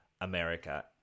America